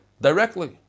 directly